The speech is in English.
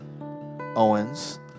owens